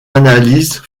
analyse